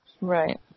Right